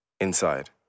Inside